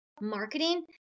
marketing